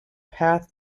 path